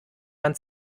man